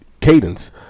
cadence